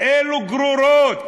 אלו גרורות.